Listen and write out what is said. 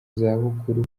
zabukuru